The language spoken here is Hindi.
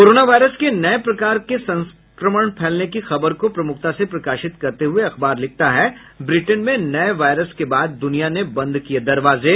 कोरोना वायरस के नये प्रकार संक्रमण फैलने की खबर को प्रमुखता से प्रकाशित करते हुए अखबार लिखता है ब्रिटेन में नये वायरस के बाद दुनिया ने बंद किये दरवाजे